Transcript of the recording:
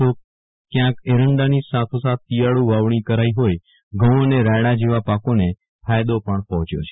તો ક્યાંક એરંડાની સાથો સાથ શિયાળુ વાવણી કરાઈ હોઈ ઘઉ અને રાયડા જેવા પાકોને ફાયદો પણ પહોંચ્યો છે